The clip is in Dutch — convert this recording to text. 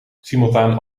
simultaan